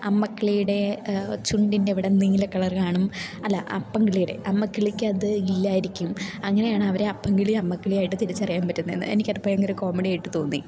അമ്മക്കിളിയുടെ ചുണ്ടിൻ്റെ അവിടെ നീല കളർ കാണും അല്ല അപ്പങ്കിളിയുടെ അമ്മക്കിളിക്കത് ഇല്ലായിരിക്കും അങ്ങനെയാണ് അവരെ അപ്പങ്കിളി അമ്മക്കിളിയായിട്ട് തിരിച്ചറിയാൻ പറ്റുന്നത് എനിക്കത് ഭയങ്കര കോമഡിയായിട്ടു തോന്നി